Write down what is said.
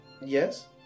Yes